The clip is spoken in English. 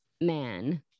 man